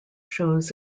shows